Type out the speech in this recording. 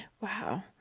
Wow